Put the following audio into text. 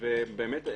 באמת,